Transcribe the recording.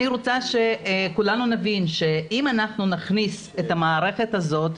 אני רוצה שכולנו נבין שאם נכניס את המערכת הזאת,